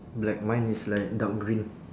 black mine is like dark green